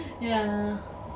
yeah